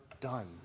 done